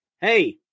Hey